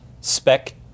spec